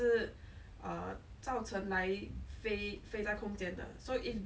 假装一下我我能去你懂吗 just pretend that I'm there